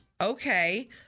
Okay